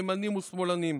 ימנים ושמאלנים,